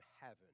heaven